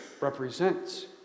represents